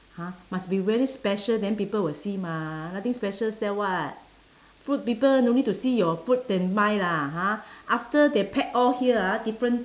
ha must be very special then people will see mah nothing special sell what fruit people no need to see your fruit then buy lah ha after they pack all here ah